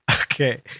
okay